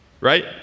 right